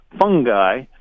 fungi